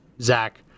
Zach